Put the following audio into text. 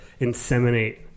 inseminate